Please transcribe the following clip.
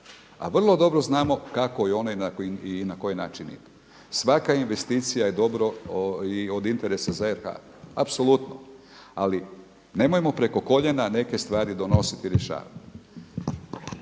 A vrlo dobro znamo kako i na koji način idu. Svaka investicije je dobro i od interesa za RH apsolutno, ali nemojmo preko koljena neke stvari donositi i rješavati.